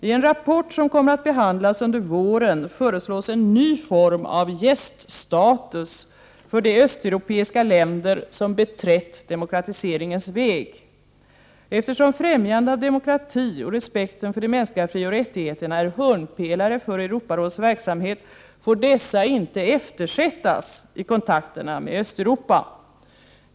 I en rapport som kommer att behandlas under våren föreslås en ny form av gäststatus för de östeuropeiska länder som beträtt demokratiseringens väg. Eftersom främjandet av demokrati och respekten för de mänskliga frioch rättigheterna är hörnpelare för Europarådets verksamhet, får dessa inte eftersättas i kontakterna med Östeuropa.